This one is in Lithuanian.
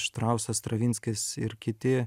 štrausas stravinskis ir kiti